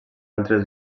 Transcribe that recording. altres